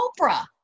Oprah